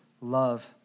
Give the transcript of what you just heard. love